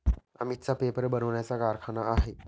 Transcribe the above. अमितचा पेपर बनवण्याचा कारखाना आहे